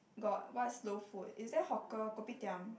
got what's low food is there hawker Kopitiam